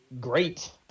great